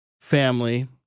family